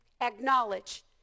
Acknowledge